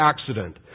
accident